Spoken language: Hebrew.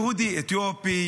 יהודי אתיופי,